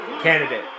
candidate